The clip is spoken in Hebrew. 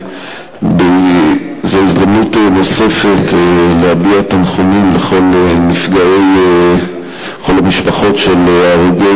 זו הזדמנות נוספת להביע תנחומים לכל המשפחות של הרוגי